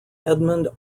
edmund